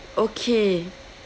okay